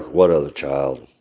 what other child?